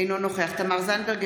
אינו נוכח תמר זנדברג,